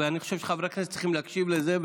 ואני חושב שחברי כנסת צריכים להקשיב לזה,